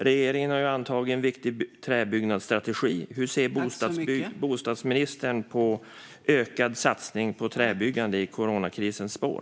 Regeringen har antagit en viktig träbyggnadsstrategi. Hur ser bostadsministern på en ökad satsning på träbyggande i coronakrisens spår?